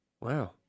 Wow